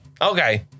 Okay